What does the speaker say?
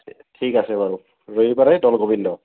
ঠিক আছে বাৰু ৰবিবাৰে দৌল গোবিন্দ